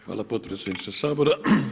Hvala potpredsjedniče Sabora.